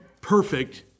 perfect